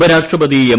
ഉപരാഷ്ട്രപതി എം